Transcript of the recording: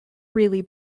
really